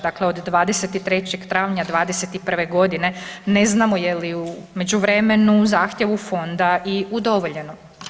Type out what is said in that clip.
Dakle, od 23. travnja '21. godine ne znamo je li u međuvremenu zahtjevu fonda i udovoljeno.